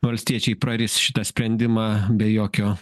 valstiečiai praris šitą sprendimą be jokio